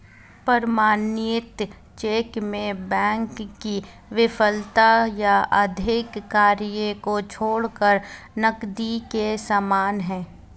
प्रमाणित चेक में बैंक की विफलता या अवैध कार्य को छोड़कर नकदी के समान है